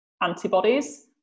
antibodies